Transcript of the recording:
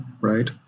right